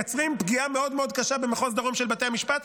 ומייצרים פגיעה קשה מאוד מאוד במחוז דרום של בתי המשפט.